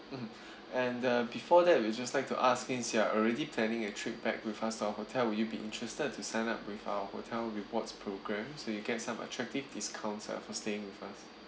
mmhmm and uh before that we'll just like to ask since you are already planning a trip back with us our hotel will you be interested to sign up with our hotel rewards programme so you get some attractive discounts uh for staying with us